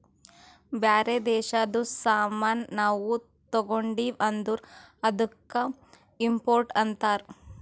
ಬ್ಯಾರೆ ದೇಶದು ಸಾಮಾನ್ ನಾವು ತಗೊಂಡಿವ್ ಅಂದುರ್ ಅದ್ದುಕ ಇಂಪೋರ್ಟ್ ಅಂತಾರ್